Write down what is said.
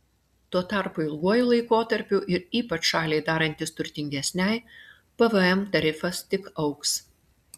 tuo tarpu ilguoju laikotarpiu ir ypač šaliai darantis turtingesnei pvm tarifas tik augs